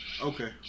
Okay